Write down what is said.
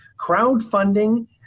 Crowdfunding